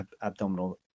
abdominal